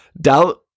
Doubt